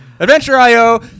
Adventure.io